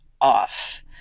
off